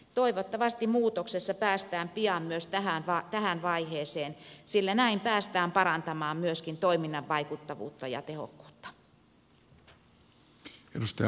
toivottavasti muutoksessa päästään pian myös tähän vaiheeseen sillä näin päästään parantamaan myöskin toiminnan vaikuttavuutta ja tehokkuutta